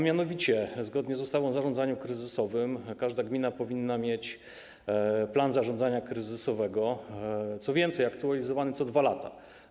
Mianowicie zgodnie z ustawą o zarządzaniu kryzysowym każda gmina powinna mieć plan zarządzania kryzysowego, co więcej, aktualizowany co 2 lata.